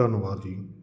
ਧੰਨਵਾਦ ਜੀ